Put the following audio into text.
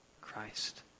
Christ